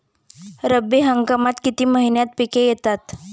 रब्बी हंगामात किती महिन्यांत पिके येतात?